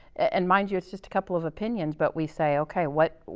and mind you, it's just a couple of opinions, but we say, okay, what what